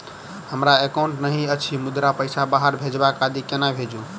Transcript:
हमरा एकाउन्ट नहि अछि मुदा पैसा बाहर भेजबाक आदि केना भेजू?